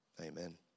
Amen